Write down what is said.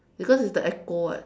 because it's the echo [what]